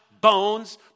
bones